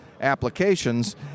applications